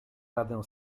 radę